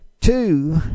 Two